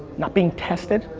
not being tested.